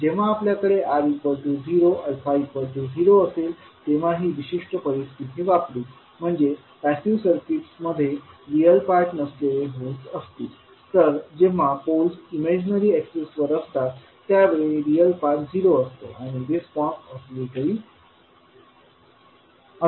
जेव्हा आपल्याकडे R 0 α 0 असेल तेव्हा ही विशिष्ट परिस्थिती वापरू म्हणजे पॅसिव्ह सर्किट्स मध्ये रियल पार्ट नसलेले होल्स असतील तर जेव्हा पोल्स इमेजनरी अक्सिसवर असतात त्यावेळी रियल पार्ट झिरो असतो आणि रिस्पॉन्स ऑसिलेटरी असेल